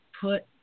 Put